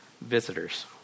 visitors